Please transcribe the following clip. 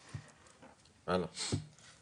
מאוד.